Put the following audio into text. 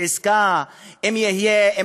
אם תהיה איזו עסקה,